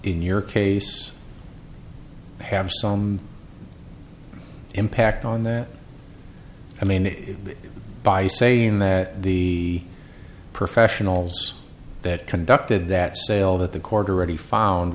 in your case have some impact on that i mean by saying that the professionals that conducted that sale that the quarter ready found